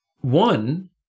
One